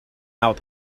out